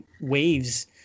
waves